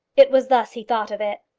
it was thus he thought of it.